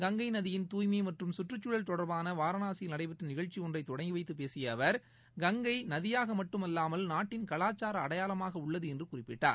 கங்கை நதியின் தூய்மை மற்றும்கற்றுக்குழல் தொடர்பான வாரணாசியில் நடைபெற்ற நிகழ்ச்சி ஒன்றை தொடங்கி வைத்துப் பேசிய அவர் கங்கை நதியாக மட்டும் அல்லாமல் நாட்டின் கலாச்சார அடையாளமாக உள்ளது என்று குறிப்பிட்டார்